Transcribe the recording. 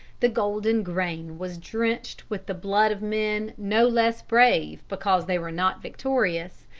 the golden grain was drenched with the blood of men no less brave because they were not victorious,